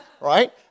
right